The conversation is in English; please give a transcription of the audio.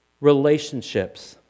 relationships